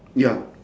ya